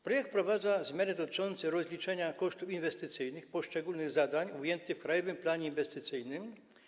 Projekt wprowadza zmiany dotyczące rozliczania kosztów inwestycyjnych poszczególnych zadań ujętych w krajowym planie inwestycyjnym.